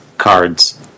cards